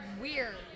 weird